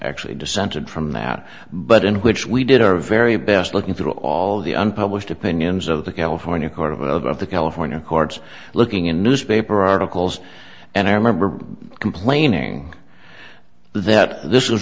actually dissented from that but in which we did our very best looking through all the unpublished opinions of the california court of the california courts looking in newspaper articles and i remember complaining that this